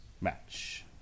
match